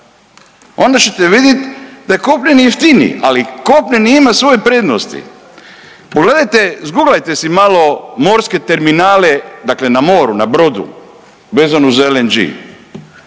onda ćete vidjet da je kopneni jeftiniji, ali kopneni ima svoje prednosti. Pogledajte, zguglajte si malo morske terminale dakle na moru, na brodu vezano uz LNG,